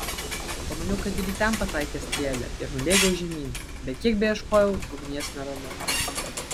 pamaniau kad ir į ten pataikė strėlė ir nubėgau žemyn bet kiek beieškojau ugnies neradau